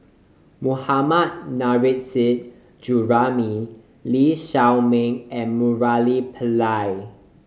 Mohammad Nurrasyid Juraimi Lee Shao Meng and Murali Pillai